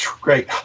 Great